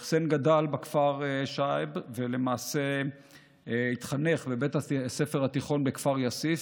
חסיין גדל בכפר שעב והתחנך בבית הספר התיכון בכפר יאסיף.